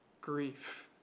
grief